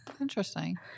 Interesting